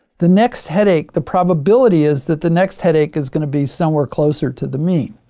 the next headache, the probability is that the next headache is gonna be somewhere closer to the mean.